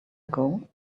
ago